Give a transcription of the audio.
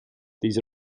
these